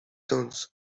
zones